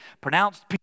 pronounced